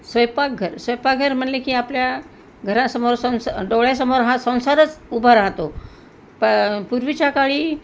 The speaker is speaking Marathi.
स्वयंपाकघर स्वयंपाकघर म्हणले की आपल्या घरासमोर संस डोळ्यासमोर हा संसारच उभा राहतो प पूर्वीच्या काळी